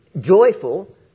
joyful